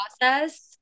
process